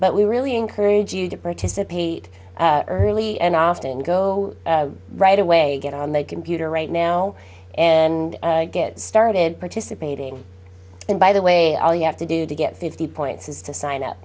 but we really encourage you to participate early and often go right away get on the computer right now and get started participating and by the way all you have to do to get fifty points is to sign up